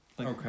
okay